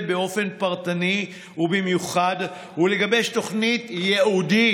באופן פרטני ומיוחד ולגבש תוכנית ייעודית.